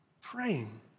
praying